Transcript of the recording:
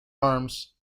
arms